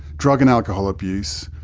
drug and alcohol abuse,